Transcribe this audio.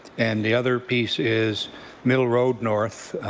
and the other piece is mill road north,